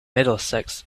middlesex